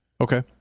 Okay